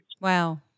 Wow